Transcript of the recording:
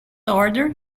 order